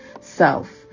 self